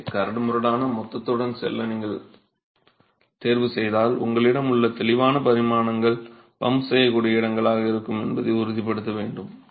எனவே கரடுமுரடான மொத்தத்துடன் செல்ல நீங்கள் தேர்வுசெய்தால் உங்களிடம் உள்ள தெளிவான பரிமாணங்கள் பம்ப் செய்யக்கூடிய இடங்களாக இருக்கும் என்பதை உறுதிப்படுத்த வேண்டும்